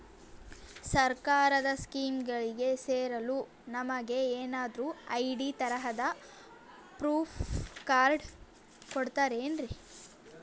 ಸರ್ಕಾರದ ಸ್ಕೀಮ್ಗಳಿಗೆ ಸೇರಲು ನಮಗೆ ಏನಾದ್ರು ಐ.ಡಿ ತರಹದ ಪ್ರೂಫ್ ಕಾರ್ಡ್ ಕೊಡುತ್ತಾರೆನ್ರಿ?